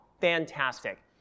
Fantastic